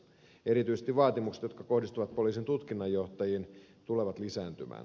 erityisesti vaatimukset jotka kohdistuvat poliisin tutkinnanjohtajiin tulevat lisääntymään